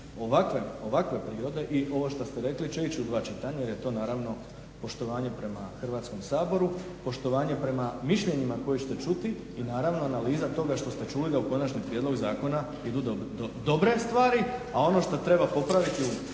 ovakve prirode i ovo što ste rekli će ići u dva čitanja, jer je to naravno poštovanje prema Hrvatskom saboru, poštovanje prema mišljenjima koje ćete ćuti i naravno analiza toga što ste čuli da u konačni prijedlog zakona idu dobre stvari, a ono što treba popraviti